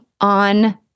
on